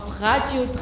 Radio